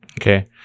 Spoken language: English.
Okay